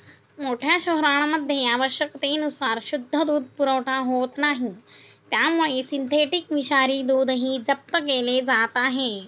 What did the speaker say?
मोठ्या शहरांमध्ये आवश्यकतेनुसार शुद्ध दूध पुरवठा होत नाही त्यामुळे सिंथेटिक विषारी दूधही जप्त केले जात आहे